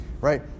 right